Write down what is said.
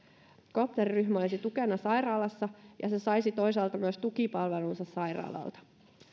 kopteriryhmä olisi tukena sairaalassa ja se saisi toisaalta myös tukipalvelunsa sairaalalta